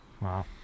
wow